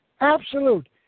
absolute